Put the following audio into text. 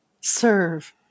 Serve